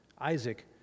Isaac